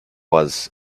was